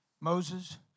Moses